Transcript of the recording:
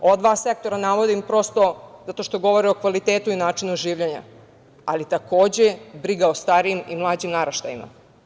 Ova dva sektora navodim zato što govore o kvalitetu i načinu življenja, ali takođe i briga o starijim i mlađim naraštajima.